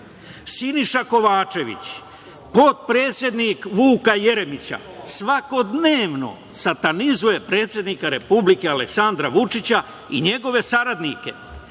Siniša Kovačević, potpredsednik Vuka Jeremića, svakodnevno satanizuje predsednika Republike Aleksandra Vučića i njegove saradnike.